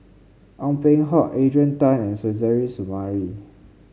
Ong Peng Hock Adrian Tan and Suzairhe Sumari